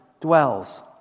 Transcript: dwells